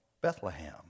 Bethlehem